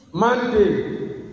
Monday